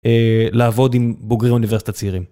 לעבוד עם בוגרי אוניברסיטה צעירים.